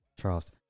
Charles